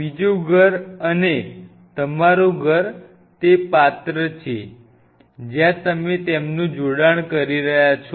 બીજું ઘર અને તમારું ઘર તે પાત્ર છે જ્યાં તમે તેમનું જોડાણ કરી રહ્યા છો